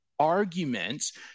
arguments